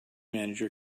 manager